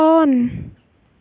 on